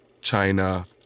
China